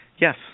Yes